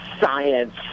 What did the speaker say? science